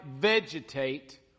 Vegetate